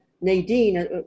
Nadine